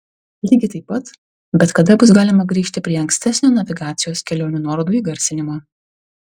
lygiai taip pat bet kada bus galima grįžti prie ankstesnio navigacijos kelionių nuorodų įgarsinimo